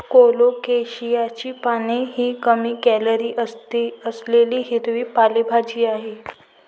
कोलोकेशियाची पाने ही कमी कॅलरी असलेली हिरवी पालेभाजी आहे